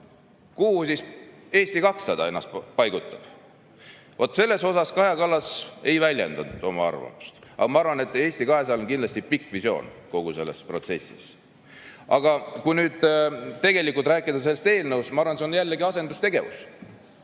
kuhu Eesti 200 ennast paigutab? Vaat selles osas Kaja Kallas ei väljendanud oma arvamust, aga ma arvan, et Eesti 200-l on kindlasti pikk visioon kogu selles protsessis. Aga kui nüüd rääkida sellest eelnõust, siis ma arvan, et see on jällegi asendustegevus.